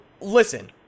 listen